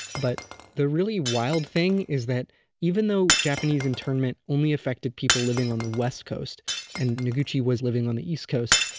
but the really wild thing is that even though japanese internment only affected people living on the west coast and noguchi was living on the east coast,